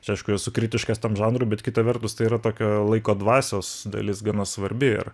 aš aišku esu kritiškas tam žanrui bet kita vertus tai yra tokio laiko dvasios dalis gana svarbi ir